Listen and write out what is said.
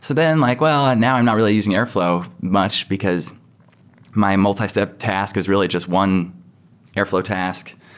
so then like, well, and now i'm not really using airflow much, because my multistep task is really just one airflow task.